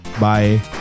Bye